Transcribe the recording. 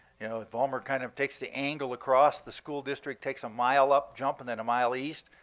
you know, vollmer kind of takes the angle across. the school district takes a mile up jump and then a mile east.